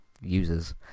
users